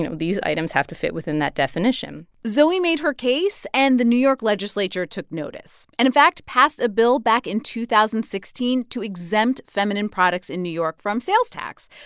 you know these items have to fit within that definition zoe made her case, and the new york legislature took notice and, in fact, passed a bill back in two thousand and sixteen to exempt feminine products in new york from sales tax.